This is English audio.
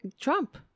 Trump